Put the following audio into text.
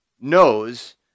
knows